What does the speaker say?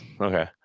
okay